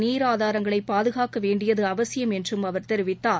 நீர் ஆதாரங்களை பாதுகாக்க வேண்டியது அவசியம் என்றும் அவர் தெரிவித்தார்